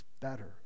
better